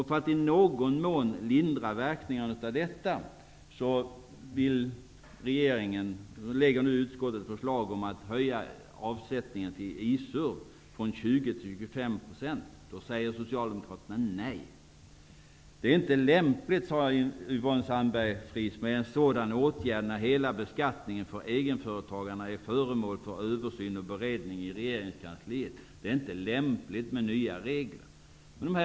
För att i någon mån lindra verkningarna av detta föreslår nu utskottet en höjd avsättning till den I Socialdemokraterna säger nej. Det är inte lämpligt, säger Yvonne Sandberg Fries med nya regler när hela egenföretagarbeskattningen är föremål för översyn och beredning i regeringskansliet. Men de här reglerna gäller ju redan.